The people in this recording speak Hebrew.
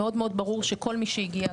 מאוד מאוד ברור שכל מי שהגיע,